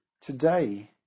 today